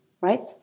right